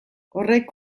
horrek